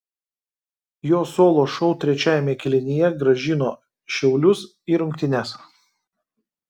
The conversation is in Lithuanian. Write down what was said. jo solo šou trečiajame kėlinyje grąžino šiaulius į rungtynes